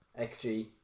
XG